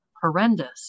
horrendous